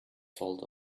told